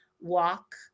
walk